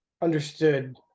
understood